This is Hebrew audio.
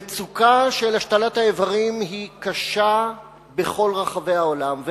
המצוקה של השתלת האיברים היא קשה בכל רחבי העולם,